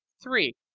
three.